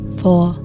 four